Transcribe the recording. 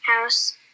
house